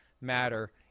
matter